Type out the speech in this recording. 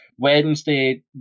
Wednesday